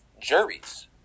juries